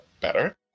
better